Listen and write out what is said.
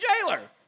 jailer